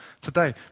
today